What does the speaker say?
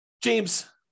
James